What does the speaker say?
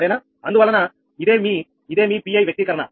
అందువలన ఇదే మీ ఇదేమీ 𝑃i వ్యక్తీకరణ అవునా